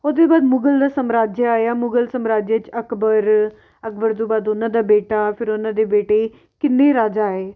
ਉਹ ਦੇ ਬਾਅਦ ਮੁਗਲ ਦਾ ਸਮਰਾਜ ਆਇਆ ਮੁਗਲ ਸਮਰਾਜ 'ਚ ਅਕਬਰ ਅਕਬਰ ਤੋਂ ਬਾਅਦ ਉਨ੍ਹਾਂ ਦਾ ਬੇਟਾ ਫਿਰ ਉਹਨਾਂ ਦੇ ਬੇਟੇ ਕਿੰਨੇ ਰਾਜਾ ਆਏ